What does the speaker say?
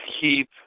keep